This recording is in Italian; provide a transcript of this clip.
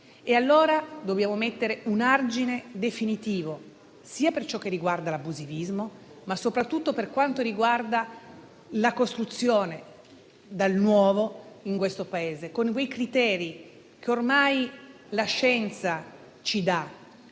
allora mettere un argine definitivo, sia per ciò che riguarda l'abusivismo, ma soprattutto per quanto riguarda la costruzione dal nuovo in questo Paese. Grazie ai criteri che ormai la scienza ci